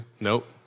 Nope